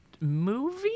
movie